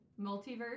multiverse